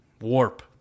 Warp